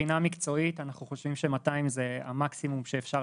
מבחינה מקצועית אנחנו חושבים ש-200 זה המקסימום שאפשר